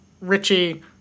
Richie